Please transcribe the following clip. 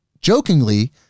jokingly